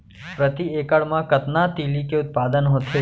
प्रति एकड़ मा कतना तिलि के उत्पादन होथे?